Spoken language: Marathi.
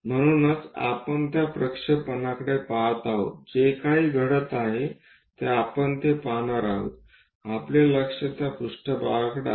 म्हणून आपण त्या प्रक्षेपण कडे पहात आहोत जे काही घडत आहे ते आपण ते पाहणार आहोत आपले लक्ष त्या पृष्ठभागाकडे आहे